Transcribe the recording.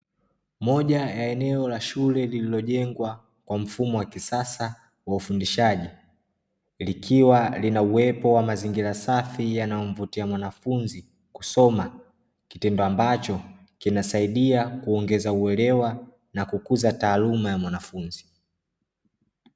Moja ya eneo la shule lililojengwa kwa mfumo wa kisasa wa ufundishaji, likiwa lina uwepo wa mazingira safi yanayomvutia mwanafunzi kusoma, kitendo ambacho kinasaidia kuongeza uelewa na kukuza taaluma ya mwanafunzi.